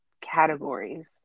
categories